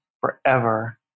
forever